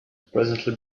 presently